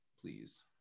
Please